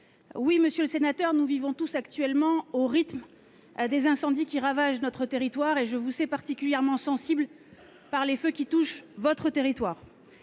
Oui, monsieur le sénateur Gillé, nous vivons tous actuellement au rythme des incendies qui ravagent notre territoire et je vous sais particulièrement sensible à ceux qui touchent le département